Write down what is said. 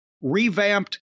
revamped